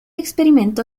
experimento